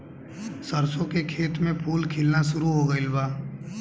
सरसों के खेत में फूल खिलना शुरू हो गइल बा